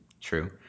True